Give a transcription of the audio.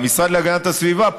במשרד להגנת הסביבה,